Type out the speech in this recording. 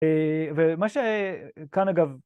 ומה שכאן אגב